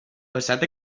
passat